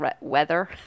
weather